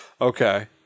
Okay